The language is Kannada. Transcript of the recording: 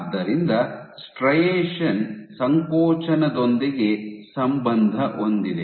ಆದ್ದರಿಂದ ಸ್ಟ್ರೈಯೆಶನ್ ಸಂಕೋಚನದೊಂದಿಗೆ ಸಂಬಂಧ ಹೊಂದಿದೆ